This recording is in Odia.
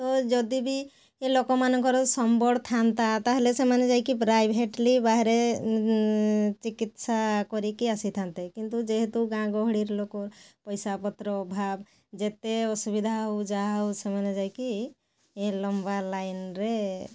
ତ ଯଦି ବି ଲୋକମାନଙ୍କର ସମ୍ବଳ ଥାଆନ୍ତା ତା'ହେଲେ ସେମାନେ ଯାଇକି ପ୍ରାଇଭେଟଲି୍ ବାହାରେ ଚିକିତ୍ସା କରିକି ଆସିଥାନ୍ତେ କିନ୍ତୁ ଯେହେତୁ ଗାଁ ଗହଳିର ଲୋକ ପଇସାପତ୍ର ଅଭାବ ଯେତେ ଅସୁବିଧା ହଉ ଯାହା ହଉ ସେମାନେ ଯାଇ କି ଲମ୍ବା ଲାଇନ୍ରେ